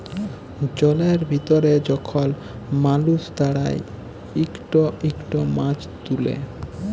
জলের ভিতরে যখল মালুস দাঁড়ায় ইকট ইকট মাছ তুলে